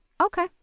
okay